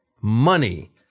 money